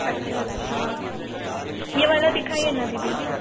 अच्छा अच्छा ये वाला दिखाइए ना दीदी